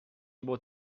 able